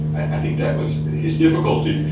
i think that was his difficulty.